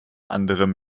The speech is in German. anderem